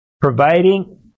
providing